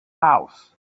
house